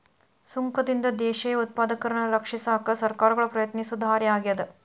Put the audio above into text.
ಸುಂಕದಿಂದ ದೇಶೇಯ ಉತ್ಪಾದಕರನ್ನ ರಕ್ಷಿಸಕ ಸರ್ಕಾರಗಳ ಪ್ರಯತ್ನಿಸೊ ದಾರಿ ಆಗ್ಯಾದ